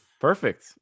Perfect